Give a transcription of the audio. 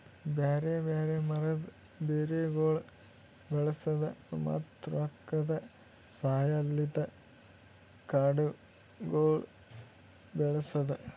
ಬ್ಯಾರೆ ಬ್ಯಾರೆ ಮರ, ಬೇರಗೊಳ್ ಬಳಸದ್, ಮತ್ತ ರೊಕ್ಕದ ಸಹಾಯಲಿಂತ್ ಕಾಡಗೊಳ್ ಬೆಳಸದ್